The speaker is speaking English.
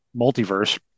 multiverse